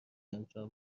انجام